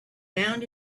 found